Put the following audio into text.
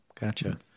Gotcha